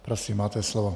Prosím, máte slovo.